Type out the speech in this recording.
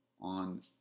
on